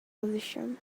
position